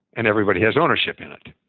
and everybody has ownership in it.